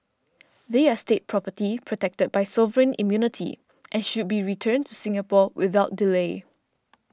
they are State property protected by sovereign immunity and should be returned to Singapore without delay